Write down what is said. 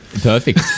Perfect